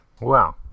Wow